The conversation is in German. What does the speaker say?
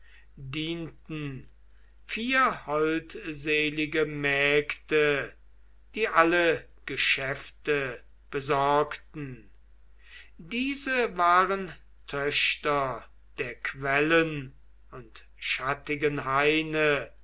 dienten vier holdselige mägde die alle geschäfte besorgten diese waren töchter der quellen und schattigen haine